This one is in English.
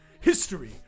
history